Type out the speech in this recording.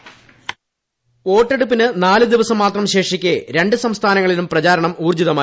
voice വോട്ടെടുപ്പിന് നാല് ദിവസം മാത്രം ശേഷിക്കെ രണ്ട് സംസ്ഥാനങ്ങളിലും പ്രചാരണം ഊർജ്ജിതമായി